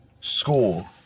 school